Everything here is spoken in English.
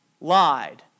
Lied